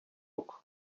uku